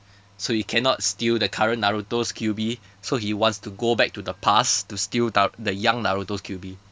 so you cannot steal the current naruto's kyuubi so he wants to go back to the past to steal na~ the young naruto's kyuubi